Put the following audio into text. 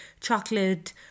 chocolate